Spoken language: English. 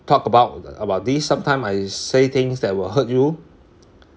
talk about about these sometime I say things that will hurt you